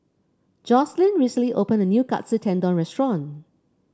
Yoselin recently open a new Katsu Tendon Restaurant